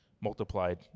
multiplied